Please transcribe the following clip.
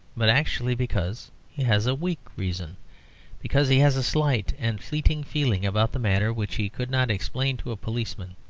but actually because he has a weak reason because he has a slight and fleeting feeling about the matter which he could not explain to a policeman,